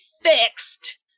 fixed